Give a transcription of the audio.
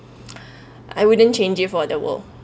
I wouldn't change it for the world